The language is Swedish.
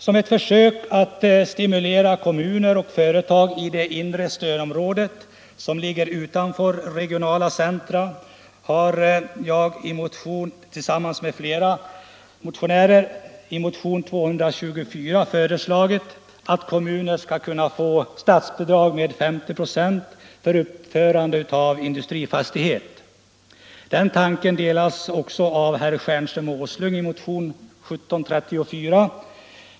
Som ett försök att stimulera kommuner och företag i det inre stödområdet utanför regionala centra har jag tillsammans med andra ledamöter i motionen 224 föreslagit att kommuner skall kunna få statsbidrag med 50 96 för uppförande av industrifastighet. Den tanken delas också av herrar Stjernström och Åsling i motionen 1734.